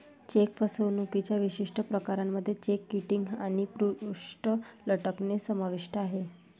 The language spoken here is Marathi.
चेक फसवणुकीच्या विशिष्ट प्रकारांमध्ये चेक किटिंग आणि पृष्ठ लटकणे समाविष्ट आहे